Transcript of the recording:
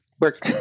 Work